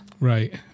Right